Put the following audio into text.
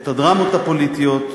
את הדרמות הפוליטיות,